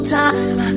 time